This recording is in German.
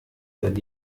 werden